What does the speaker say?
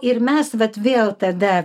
ir mes vat vėl tada